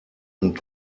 und